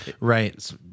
Right